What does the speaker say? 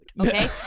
Okay